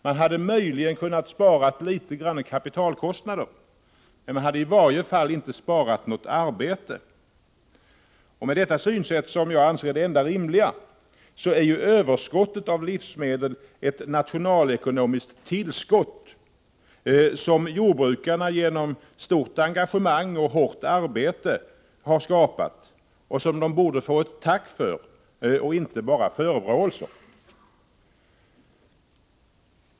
Man hade möjligen kunnat spara litet kapitalkostnader, men i varje fall inte något arbete. Med detta synsätt, som jag anser vara det enda rimliga, är överskottet av livsmedel ett nationalekonomiskt tillskott, som jordbrukarna genom stort engagemang och hårt arbete har skapat och som de borde få ett tack för och inte bara förebråelser.